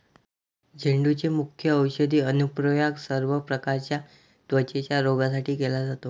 झेंडूचे मुख्य औषधी अनुप्रयोग सर्व प्रकारच्या त्वचेच्या रोगांसाठी केला जातो